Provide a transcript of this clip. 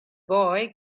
boy